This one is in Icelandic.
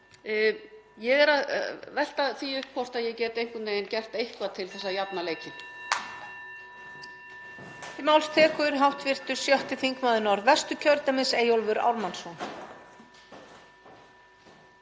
ég er að velta því upp hvort ég geti einhvern veginn gert eitthvað til að jafna leikinn.